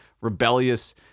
rebellious